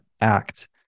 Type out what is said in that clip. act